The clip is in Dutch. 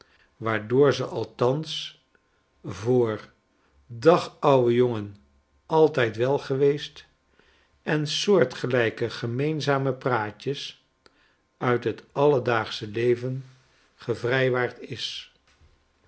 waardoor ze althans voor dag ouwe jongen altyd welgeweest en soortgelijkegemeenzame praatjes uit het alledaagsche leven gevrijwaard is